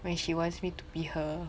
when she wants me to be her